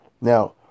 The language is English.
Now